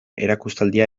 erakustaldia